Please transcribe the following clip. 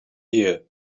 year